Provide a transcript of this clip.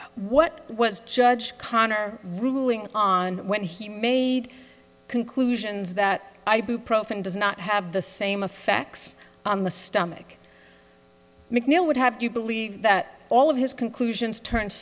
is what was judge connor ruling on when he made conclusions that ibuprofen does not have the same effects on the stomach macneill would have you believe that all of his conclusions turn